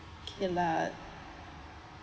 okay lah